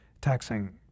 taxing